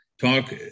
talk